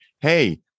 Hey